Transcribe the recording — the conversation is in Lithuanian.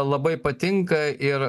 labai patinka ir